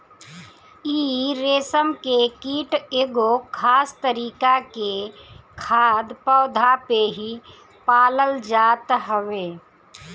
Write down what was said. इ रेशम के कीट एगो खास तरीका के खाद्य पौधा पे ही पालल जात हवे